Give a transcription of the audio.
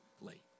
late